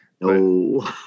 No